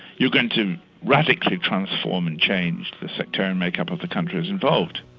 you're going to radically transform and change the sectarian make-up of the countries involved.